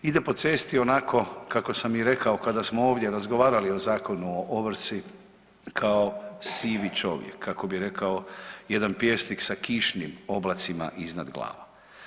Ide po cesti onako kako sam i rekao kada smo ovdje razgovarali o zakonu o ovrsi kao sivi čovjek, kako bi rekao jedan pjesnik sa kišnim oblacima iznad glave.